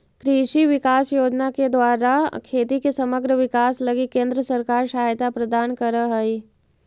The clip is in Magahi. कृषि विकास योजना के द्वारा खेती के समग्र विकास लगी केंद्र सरकार सहायता प्रदान करऽ हई